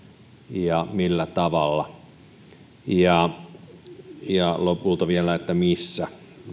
ja millä tavalla ja ja lopulta vielä että missä